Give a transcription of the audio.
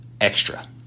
extra